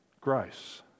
grace